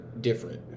different